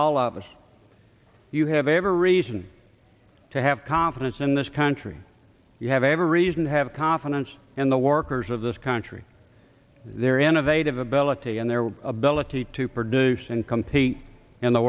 all of us you have every reason to have confidence in this country you have every reason to have confidence in the workers of this country their innovative ability and their ability to produce and compete in the